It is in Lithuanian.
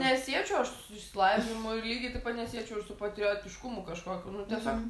nesiečiau aš išsilavinimu ir lygiai taip pat nesiečiau ir su patriotiškumu kažkokiu nu tiesiog